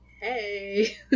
hey